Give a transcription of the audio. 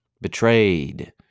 betrayed